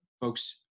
folks